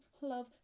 love